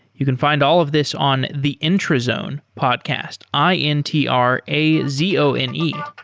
you can find all of this on the intrazone podcast, i n t r a z o n e.